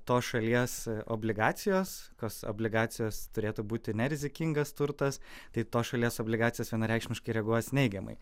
tos šalies obligacijos kas obligacijos turėtų būti nerizikingas turtas tai tos šalies obligacijos vienareikšmiškai reaguos neigiamai